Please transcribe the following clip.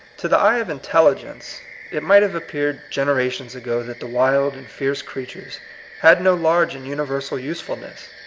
to the eye of intelligence it might have appeared gen erations ago that the wild and fierce crea tures had no large and universal usefulness.